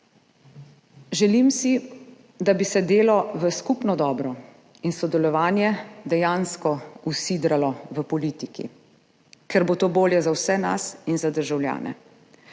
Želim si, da bi se delo v skupno dobro in sodelovanje dejansko usidralo v politiki, ker bo to bolje za vse nas in za državljane.